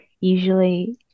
usually